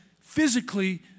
physically